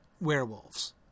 werewolves